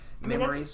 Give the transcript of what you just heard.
memories